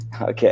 Okay